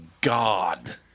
God